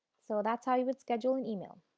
so that's how you but schedule and email.